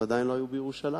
ועדיין לא היו בירושלים.